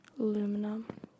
Aluminum